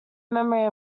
memory